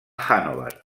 hannover